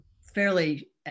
fairly